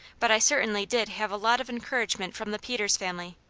but i certainly did have a lot of encouragement from the peters family.